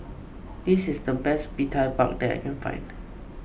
this is the best Bee Tai Mak that I can find